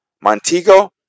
Montego